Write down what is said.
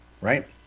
right